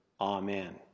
amen